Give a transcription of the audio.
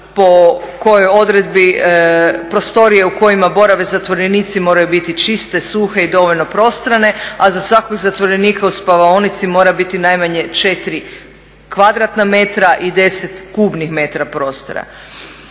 po kojoj odredbi prostorije u kojima borave zatvorenici moraju biti čiste, suhe i dovoljno prostrane, a za svakog zatvorenika u spavaonici mora biti najmanje 4 kvadratna metra i 10 kubnih metara prostora.